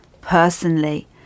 personally